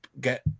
get